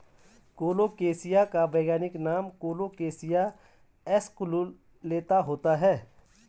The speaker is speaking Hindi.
कोलोकेशिया का वैज्ञानिक नाम कोलोकेशिया एस्कुलेंता होता है